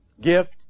gift